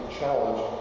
challenge